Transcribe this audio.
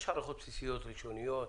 יש הערכות בסיסיות ראשוניות.